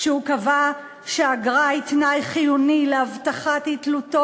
כשקבע שהאגרה היא תנאי חיוני להבטחת אי-תלותו